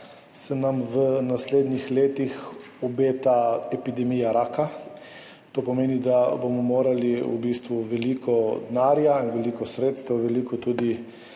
se nam v naslednjih letih obeta epidemija raka. To pomeni, da bomo morali v bistvu vložiti veliko denarja in veliko sredstev, tudi